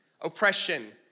oppression